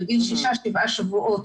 בגיל 6-7 שבועות,